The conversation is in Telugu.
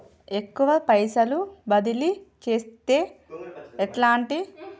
ఎక్కువ పైసలు బదిలీ చేత్తే ఎట్లాంటి ఆలోచన సేయాలి?